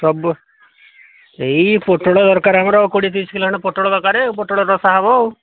ସବୁ ଏଇ ପୋଟଳ ଦରକାର ଆମର କୋଡ଼ିଏ ତିରିଶ କିଲୋ ଖଣ୍ଡେ ପୋଟଳ ଦରକାରେ ପୋଟଳ ରସା ହେବ ଆଉ